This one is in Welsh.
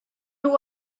nhw